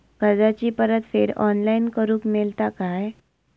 कर्जाची परत फेड ऑनलाइन करूक मेलता काय?